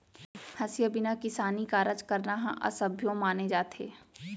हँसिया बिना किसानी कारज करना ह असभ्यो माने जाथे